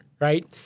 right